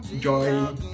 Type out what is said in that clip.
joy